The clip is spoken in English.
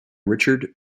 richard